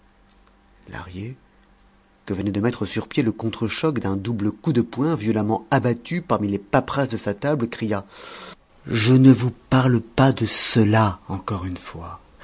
que venait de mettre sur pieds le contre choc d'un double coup de poing violemment abattu parmi les paperasses de sa table cria je ne vous parle pas de cela encore une fois